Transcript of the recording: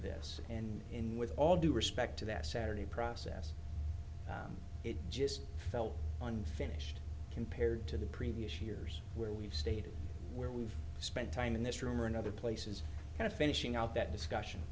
this and in with all due respect to that saturday process it just felt unfinished compared to the previous years where we've stayed where we've spent time in this room or in other places and of finishing out that discussion